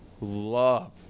love